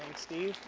steve.